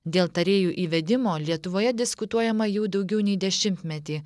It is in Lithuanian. dėl tarėjų įvedimo lietuvoje diskutuojama jau daugiau nei dešimtmetį